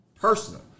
personal